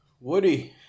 Woody